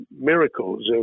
miracles